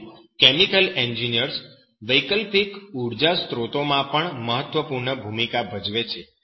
તેથી chemical engineers વૈકલ્પિક ઉર્જા સ્ત્રોતોમાં પણ મહત્વપૂર્ણ ભૂમિકા ભજવે છે